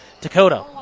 Dakota